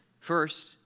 First